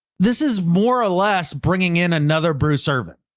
this is more or less bringing in another brew servant.